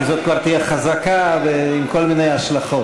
כי זאת כבר תהיה חזקה ועם כל מיני השלכות.